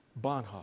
Bonhoeffer